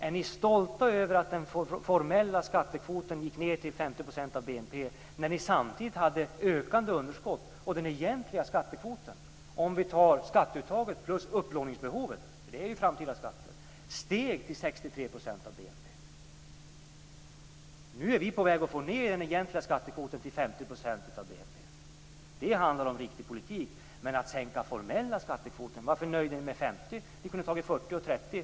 Är ni stolta över att den formella skattekvoten sjönk till 50 % av BNP när underskotten samtidigt ökade och den egentliga skattekvoten om vi ser till skatteuttaget plus upplåningsbehovet - det är ju framtida skatter - steg till 63 % av BNP? Nu är vi på väg att få ned den egentliga skattekvoten till 50 % av BNP. Det handlar om riktig politik. Varför nöjde ni er med att sänka den formella skattekvoten till 50 %? Ni kunde ha tagit 40 % eller 30 %.